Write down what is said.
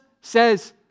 says